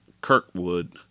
Kirkwood